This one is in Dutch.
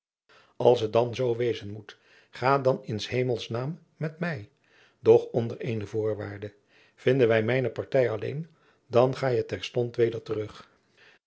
als het dan zoo wezen moet ga dan in s hemels naam met mij doch onder eene voorwaarde vinden wij mijne partij alleen dan ga je terstond weder terug